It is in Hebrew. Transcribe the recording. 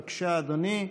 בבקשה אדוני,